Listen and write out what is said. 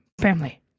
family